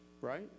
Right